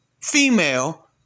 female